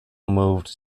moved